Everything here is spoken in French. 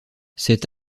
cet